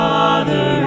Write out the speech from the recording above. Father